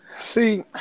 See